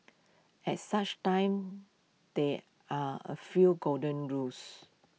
at such times there are A few golden rules